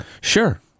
sure